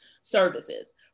services